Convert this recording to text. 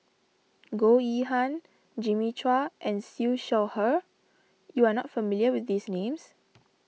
Goh Yihan Jimmy Chua and Siew Shaw Her you are not familiar with these names